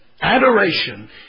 adoration